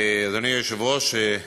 אדוני היושב-ראש,